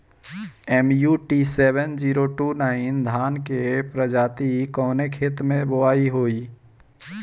MUT seven zero two nine धान के प्रजाति कवने खेत मै बोआई होई?